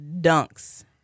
dunks